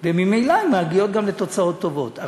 וממילא הן גם מגיעות לתוצאות טובות.